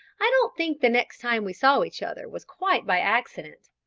i don't think the next time we saw each other was quite by accident.